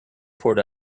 poured